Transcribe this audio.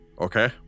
Okay